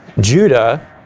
Judah